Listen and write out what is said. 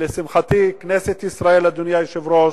לשמחתי, כנסת ישראל, אדוני היושב-ראש,